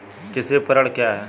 कृषि उपकरण क्या है?